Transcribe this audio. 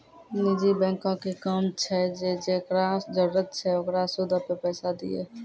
निजी बैंको के काम छै जे जेकरा जरुरत छै ओकरा सूदो पे पैसा दिये